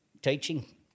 teaching